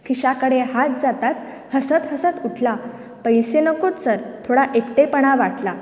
खिशाकडे हात जाताच हसत हसत उठला पैशे नकोच सर थोडा एकटेपणा वाटला